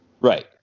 right